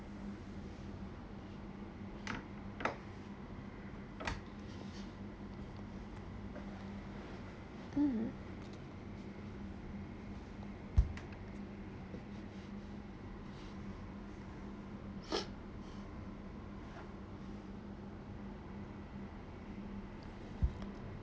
mm